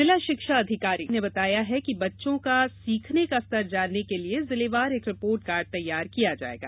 जिला शिक्षा अधिकारी ने बताया कि बच्चों का सीखने का स्तर जानने के लिए जिलेवार एक रिपोर्ट कार्ड तैयार किया जाएगा